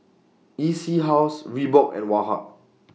E C House Reebok and Woh Hup